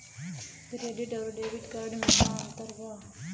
Credit अउरो debit card मे का अन्तर बा?